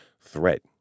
threat